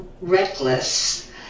reckless